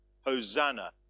Hosanna